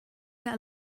get